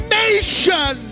nation